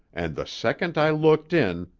and, the second i looked in,